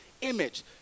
image